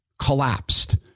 Collapsed